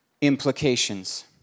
implications